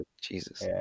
Jesus